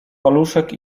paluszek